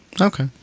Okay